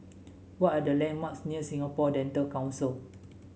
what are the landmarks near Singapore Dental Council